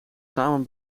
samen